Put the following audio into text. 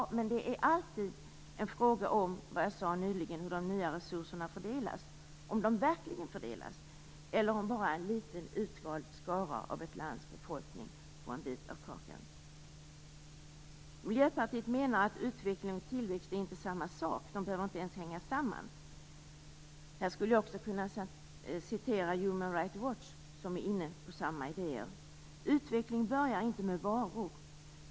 Ja, men det är alltid en fråga om, som jag sade nyligen, hur de nya resurserna fördelas, om de verkligen fördelas eller om bara en liten utvald skara av ett lands befolkning får en bit av kakan. Miljöpartiet menar att utveckling och tillväxt inte är samma sak. De behöver inte ens hänga samman. Här skulle jag också kunna citera Human Right Watch, som är inne på samma idéer. Utveckling börjar inte med varor.